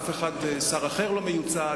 אף שר אחר לא מיוצג,